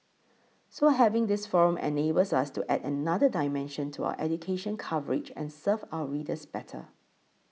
so having this forum enables us to add another dimension to our education coverage and serve our readers better